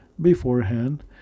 beforehand